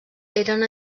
eren